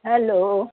hello